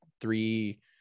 three